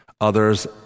Others